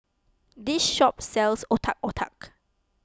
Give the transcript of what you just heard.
this shop sells Otak Otak